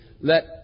let